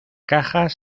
cajas